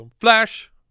flash